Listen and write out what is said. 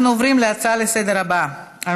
אנחנו עוברים להצעות הבאות לסדר-היום.